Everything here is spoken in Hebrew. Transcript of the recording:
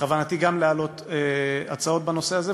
בכוונתי גם להעלות הצעות בנושא הזה,